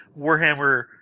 Warhammer